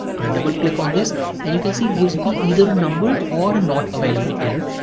i double click on this and you can see it gives me either a number or a not available error,